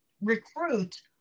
Recruit